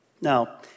Now